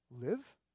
live